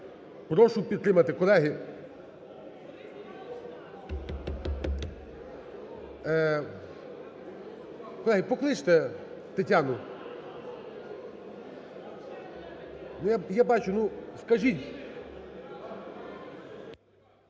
Прошу підтримати, колеги. Колеги, покличте Тетяну. Я бачу, ну, скажіть.